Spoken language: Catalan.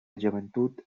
joventut